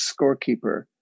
scorekeeper